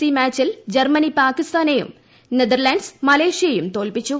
C മാച്ചിൽ Germany പാകിസ്ഥാനെയും Netherlands മലേഷ്യയെയും തോല്പിച്ചു